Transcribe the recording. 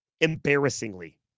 embarrassingly